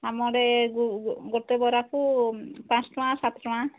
ଆମର ଆଡ଼େ ଗୋଟେ ବରାକୁ ପାଞ୍ଚ ଟଙ୍କା ସାତ ଟଙ୍କା